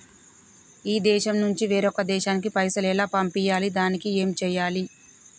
ఈ దేశం నుంచి వేరొక దేశానికి పైసలు ఎలా పంపియ్యాలి? దానికి ఏం చేయాలి?